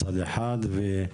מצד אחד,